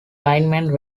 linemen